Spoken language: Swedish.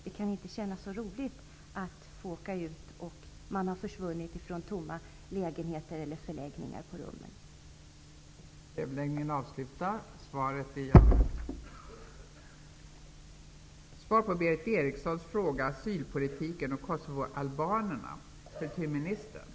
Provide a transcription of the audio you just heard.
Det kan inte kännas så roligt för polisen att åka ut och finna att den berörde har försvunnit och efterlämnat en tom lägenhet eller ett tomt rum på förläggningen.